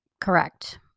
correct